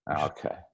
Okay